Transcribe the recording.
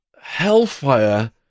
hellfire